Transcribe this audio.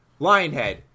Lionhead